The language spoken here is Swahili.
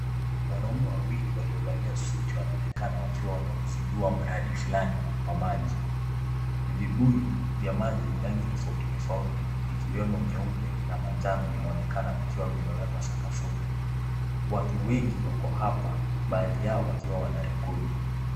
Wanaume wawili walio valia suti wanaonekana wakiwa wanauzindua muradi fulani wa maji. Vibuyu vya maji vya rangi tofauti tofauti vikiwemo nyeupe na manjano vinaonekana vikiwa vimewekwa sakafuni. Watu wengi wako hapa baadhi yao wakiwa wanarekodi.